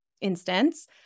instance